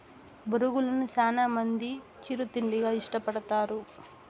బొరుగులను చానా మంది చిరు తిండిగా ఇష్టపడతారు